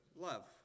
love